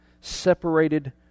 Separated